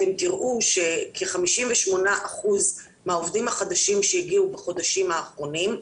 אתם תראו שכ-58% מהעובדים החדשים שהגיעו בחודשים האחרונים,